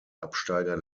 absteiger